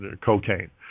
cocaine